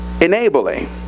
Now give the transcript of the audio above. enabling